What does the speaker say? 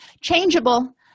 Changeable